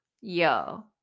yo